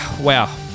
wow